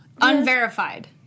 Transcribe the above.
unverified